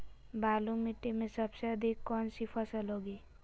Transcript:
बालू मिट्टी में सबसे अधिक कौन सी फसल होगी?